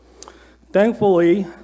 Thankfully